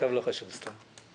טוב, לא חשוב, סתם...